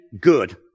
good